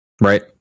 right